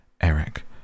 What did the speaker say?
Eric